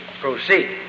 proceed